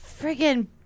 friggin